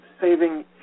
saving